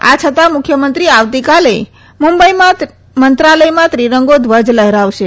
આ છતાં મુખ્યમંત્રી આવતીકાલે મુંબઈમાં મંત્રાલયમાં તિરંગો ધ્વજ લહેરાવશે